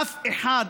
אף אחד,